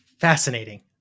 Fascinating